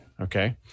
Okay